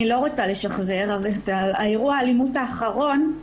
אני לא רוצה לשחזר אבל אירוע האלימות האחרון,